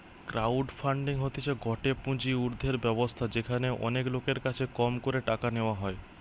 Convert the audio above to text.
crowd funding হতিছে গটে পুঁজি উর্ধের ব্যবস্থা যেখানে অনেক লোকের কাছে কম করে টাকা নেওয়া হয়